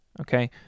okay